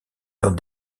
dans